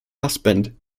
husband